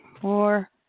four